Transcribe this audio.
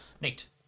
Nate